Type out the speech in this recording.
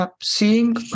seeing